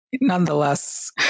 nonetheless